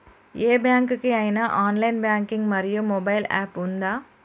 ఏ bank కి ఐనా online banking మరియు మొబైల్ యాప్ ఉందా?